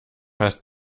heißt